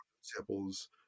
samples